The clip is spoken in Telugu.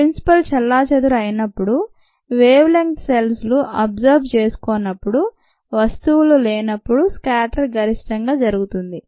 ప్రిన్సిపుల్ చెల్లాచెదురు అయినప్పుడు వేవ్ లెంత్ సెల్స్ లు అబ్జర్బ్ చేసుకోనప్పుడు వస్తువులు లేనప్పుడు స్కాటర్ గరిష్టంగా జరుగుతుంది